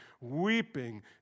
weeping